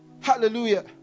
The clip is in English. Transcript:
hallelujah